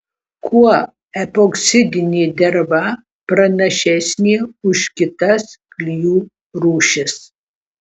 kuo epoksidinė derva pranašesnė už kitas klijų rūšis